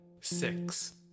six